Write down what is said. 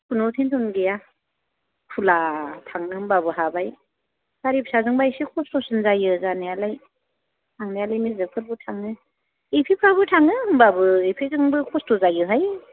खुनु टेनसन गैया खुला थांनो होम्बाबो हाबाय गारि फिसाजोंबा एसे खस्थ'सिन जायो जानायालाय थांनायालाय मेजिकफोरबो थाङो एपेफ्राबो थाङो होमबाबो एपेजोंबो खस्थ' जायोहाय